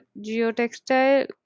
Geotextile